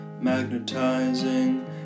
magnetizing